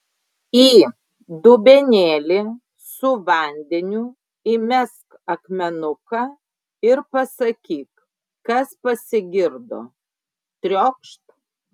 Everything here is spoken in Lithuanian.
į dubenėlį su vandeniu įmesk akmenuką ir pasakyk kas pasigirdo triokšt